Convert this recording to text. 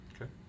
Okay